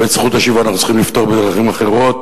ואת זכות השיבה אנחנו צריכים לפתור בדרכים אחרות,